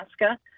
Alaska